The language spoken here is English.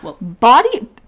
body